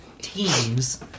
teams